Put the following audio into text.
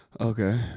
Okay